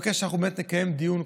איך יתייחסו בפעם הבאה שאנחנו נבוא?